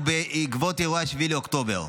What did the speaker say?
ובעקבות אירועי 7 באוקטובר,